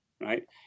Right